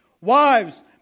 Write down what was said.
wives